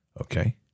Okay